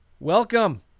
Welcome